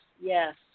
yes